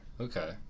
Okay